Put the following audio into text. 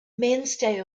mainstay